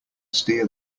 steer